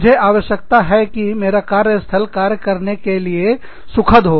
मुझे आवश्यकता है कि मेरा कार्य स्थल कार्य करने के लिए सुखद हो